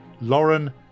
Lauren